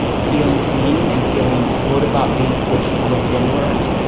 feeling, seeing and feeling good about being pushed to look inward.